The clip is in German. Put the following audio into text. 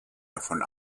davon